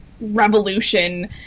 revolution